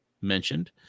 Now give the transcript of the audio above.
mentioned